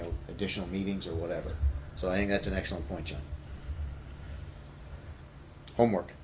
know additional meetings or whatever so i think that's an excellent point homework